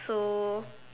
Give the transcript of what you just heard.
so